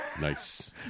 Nice